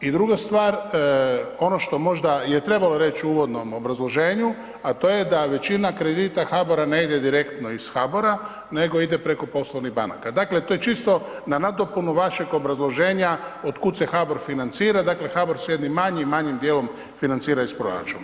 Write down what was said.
I druga stvar, ono što možda je trebalo reći u uvodnom obrazloženju, a to je da većina kredita HBOR-a ne ide direktno iz HBOR-a nego ide preko poslovnih banaka, dakle to je čisto na nadopunu vašeg obrazloženja otkud se HBOR financira, dakle HBOR se jednim manjim, manjim djelom financira iz proračuna.